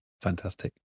fantastic